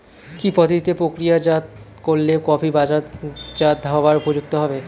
কি পদ্ধতিতে প্রক্রিয়াজাত করলে কফি বাজারজাত হবার উপযুক্ত হবে?